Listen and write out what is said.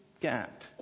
gap